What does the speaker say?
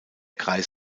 kreis